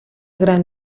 gran